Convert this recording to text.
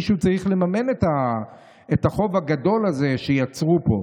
מישהו צריך לממן את החוב הגדול שיצרו פה.